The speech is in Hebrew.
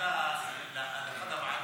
לאחת הוועדות.